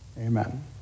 Amen